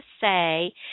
say